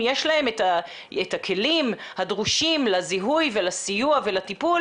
אם יש להם את הכלים הדרושים לזיהוי ולסיוע ולטיפול,